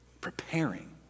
preparing